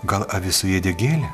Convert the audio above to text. gal avis suėdė gėlę